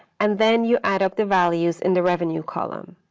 and then you add up the values in the revenue column.